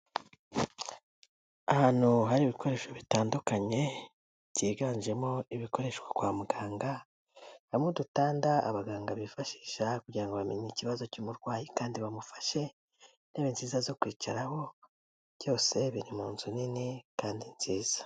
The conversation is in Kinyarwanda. Ahantu hari ibikoresho bitandukanye, byiganjemo ibikoreshwa kwa muganga, harimo udutanda abaganga bifashisha kugira ngo bamenye ikibazo cy'umurwayi kandi bamufashe, intebe nziza zo kwicaraho, byose biri mu nzu nini kandi nziza.